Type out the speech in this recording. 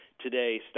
today